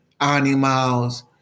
animals